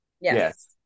Yes